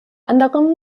anderem